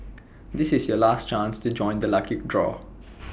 this is your last chance to join the lucky draw